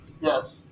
yes